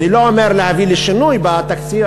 אני לא אומר להביא לשינוי בתקציב,